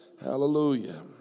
Hallelujah